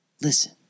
listen